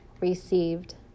Received